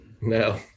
No